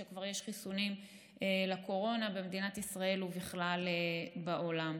כשכבר יש חיסונים לקורונה במדינת ישראל ובכלל בעולם.